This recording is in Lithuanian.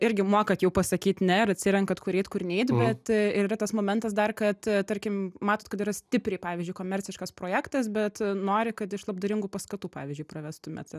irgi mokat jau pasakyt ne ir atsirenkant kur eit kur neit bet ir yra tas momentas dar kad tarkim matot kad yra stipriai pavyzdžiui komerciškas projektas bet nori kad iš labdaringų paskatų pavyzdžiui prarastumėt